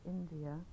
India